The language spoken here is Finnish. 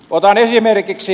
otan esimerkiksi